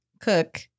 Cook